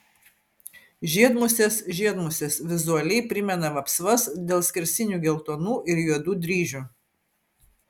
žiedmusės žiedmusės vizualiai primena vapsvas dėl skersinių geltonų ir juodų dryžių